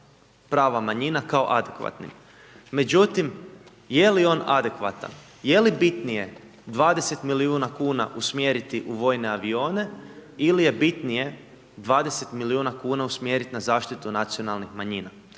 prava manjina kao adekvatnim. Međutim, je li on adekvatan, je li bitnije 20 milijuna kuna usmjeriti u vojne avione ili je bitnije 20 milijuna kuna usmjeriti na zaštitu nacionalnih manjina?